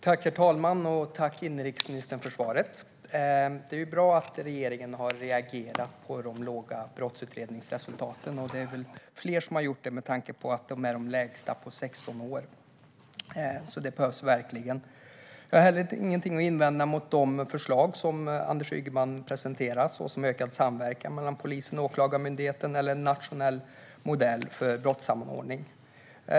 Herr talman! Tack, inrikesministern, för svaret! Det är bra att regeringen har reagerat på den låga brottsuppklaringsnivån. Det är väl fler som har gjort det, med tanke på att det är den lägsta nivån på 16 år. Detta behövs verkligen. Jag har ingenting att invända mot de förslag som Anders Ygeman presenterar, såsom ökad samverkan mellan polisen och Åklagarmyndigheten eller en nationell modell för brottssamordning.